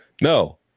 No